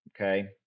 okay